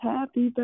Happy